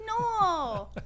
No